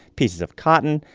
pieces of cotton.